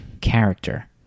character